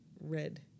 red